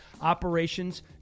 operations